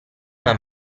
una